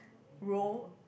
role